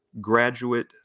graduate